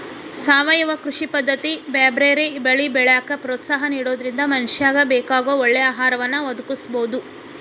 ಸಾವಯವ ಕೃಷಿ ಪದ್ದತಿ ಬ್ಯಾರ್ಬ್ಯಾರೇ ಬೆಳಿ ಬೆಳ್ಯಾಕ ಪ್ರೋತ್ಸಾಹ ನಿಡೋದ್ರಿಂದ ಮನಶ್ಯಾಗ ಬೇಕಾಗೋ ಒಳ್ಳೆ ಆಹಾರವನ್ನ ಒದಗಸಬೋದು